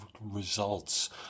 results